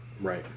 Right